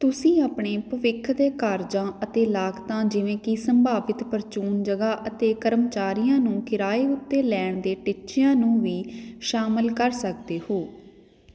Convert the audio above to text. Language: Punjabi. ਤੁਸੀਂ ਆਪਣੇ ਭਵਿੱਖ ਦੇ ਕਾਰਜਾਂ ਅਤੇ ਲਾਗਤਾਂ ਜਿਵੇਂ ਕਿ ਸੰਭਾਵਿਤ ਪ੍ਰਚੂਨ ਜਗ੍ਹਾ ਅਤੇ ਕਰਮਚਾਰੀਆਂ ਨੂੰ ਕਿਰਾਏ ਉੱਤੇ ਲੈਣ ਦੇ ਟੀਚਿਆਂ ਨੂੰ ਵੀ ਸ਼ਾਮਲ ਕਰ ਸਕਦੇ ਹੋ